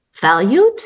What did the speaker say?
valued